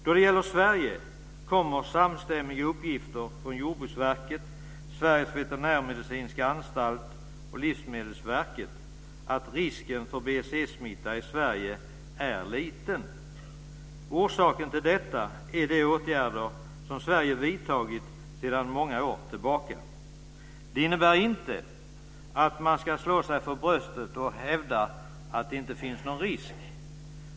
När det gäller Sverige kommer samstämmiga uppgifter från Jordbruksverket, Statens veterinärmedicinska anstalt och Livsmedelsverket att risken för BSE-smitta i Sverige är liten. Orsaken till detta är de åtgärder som Sverige vidtagit sedan många år tillbaka. Det innebär inte att man ska slå sig för bröstet och hävda att det inte finns någon risk.